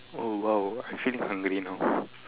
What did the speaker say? oh !wow! I feeling hungry now